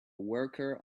worker